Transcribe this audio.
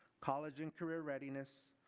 college and career readiness,